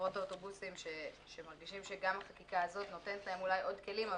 חברות האוטובוסים שמרגישים שגם החקיקה הזאת נותנת להם אולי עוד כלים,